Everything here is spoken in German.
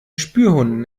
spürhunden